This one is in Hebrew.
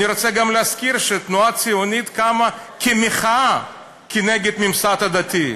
אני רוצה גם להזכיר שהתנועה הציונית קמה כמחאה כנגד הממסד הדתי,